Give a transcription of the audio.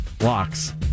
locks